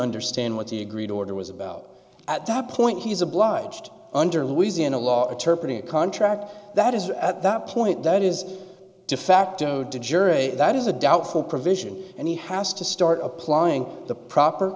understand what he agreed order was about at that point he's obliged under louisiana law attorney a contract that is at that point that is de facto de jure a that is a doubtful provision and he has to start applying the proper